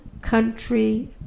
Country